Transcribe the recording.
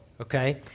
okay